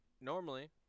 normally